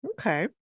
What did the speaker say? Okay